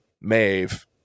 Maeve